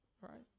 Right